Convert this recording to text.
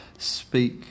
Speak